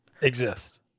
exist